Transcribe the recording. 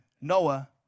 Noah